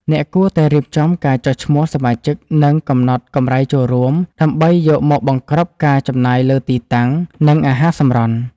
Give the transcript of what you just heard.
អ្នកគួរតែរៀបចំការចុះឈ្មោះសមាជិក និងកំណត់កម្រៃចូលរួម ដើម្បីយកមកបង្គ្រប់ការចំណាយលើទីតាំង និងអាហារសម្រន់។